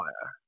fire